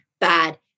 bad